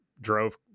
drove